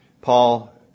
Paul